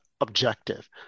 objective